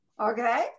okay